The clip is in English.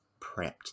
prepped